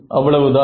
அவ்வளவுதான்